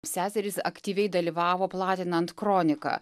seserys aktyviai dalyvavo platinant kroniką